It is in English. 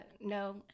no